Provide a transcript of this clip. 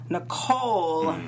Nicole